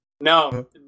No